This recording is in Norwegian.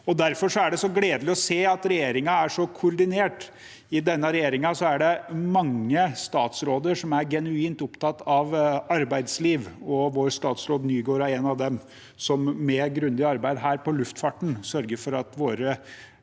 Derfor er det så gledelig å se at regjeringen er så koordinert. I denne regjeringen er det mange statsråder som er genuint opptatt av arbeidsliv, og vår statsråd Nygård er en av dem, som med grundig arbeid med luftfarten sørger for at våre